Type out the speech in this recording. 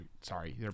sorry